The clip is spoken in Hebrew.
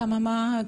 למה מה,